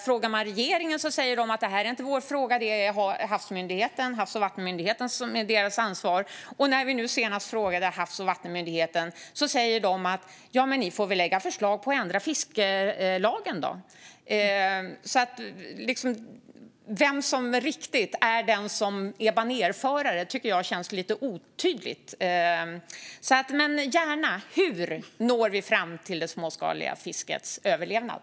Frågar man regeringen säger den: Det här är inte vår fråga utan Havs och vattenmyndighetens ansvar. Men när vi senast frågade Havs och vattenmyndigheten sa de: Ni får lägga fram förslag om att ändra fiskelagen. Det är lite otydligt vem som är banerförare. Men svara gärna på hur vi når fram till det småskaliga fiskets överlevnad.